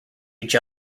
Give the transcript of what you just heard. each